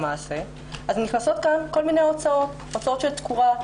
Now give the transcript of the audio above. נכנסות כל מיני הוצאות של תקורה,